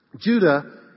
Judah